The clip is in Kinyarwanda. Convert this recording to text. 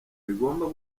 rigomba